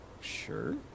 Sure